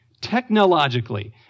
technologically